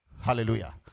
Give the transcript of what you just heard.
Hallelujah